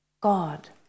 God